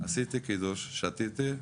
עשיתי קידוש, שתיתי,